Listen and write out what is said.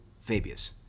Fabius